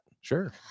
sure